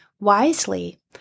wisely